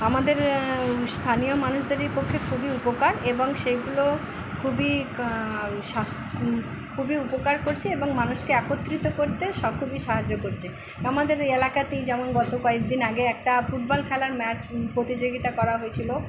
আমাদের স্থানীয় মানুষদেরই পক্ষে খুবই উপকার এবং সেগুলো খুবই খুবই উপকার করছে এবং মানুষকে একত্রিত করতে খুবই সাহায্য করছে আমাদের এই এলাকাতেই যেমন গত কয়েক দিন আগে একটা ফুটবল খেলার ম্যাচ প্রতিযোগিতা করা হয়েছিলো